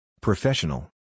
Professional